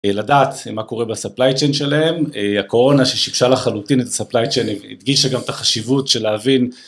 לדעת מה קורה בספליי צ'יין שלהם, הקורונה ששיבשה לחלוטין את הספליי צ'יין הדגישה גם את החשיבות של להבין